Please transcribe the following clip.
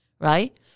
Right